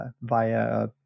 via